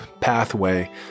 pathway